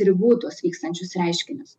ribų tuos vykstančius reiškinius